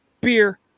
beer